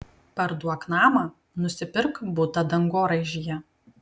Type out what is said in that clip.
parduok namą nusipirk butą dangoraižyje